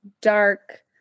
dark